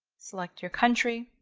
select your country,